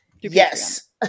yes